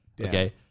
Okay